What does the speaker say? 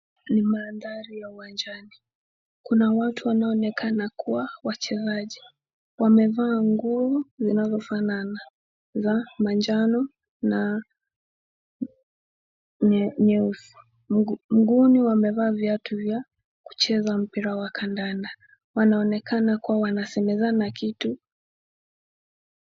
Ni mandhari ya uwanjani. Kuna watu wanaonekana kuwa wachezaji. Wamevaa nguo zinazofanana za manjano na nyeusi, mguuni wamevaa viatu vya kucheza mpira wa kandanda. Wanaonekana kuwa wanasemezana kitu.